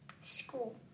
school